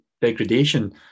degradation